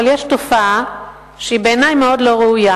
אבל יש תופעה שבעיני היא מאוד לא ראויה.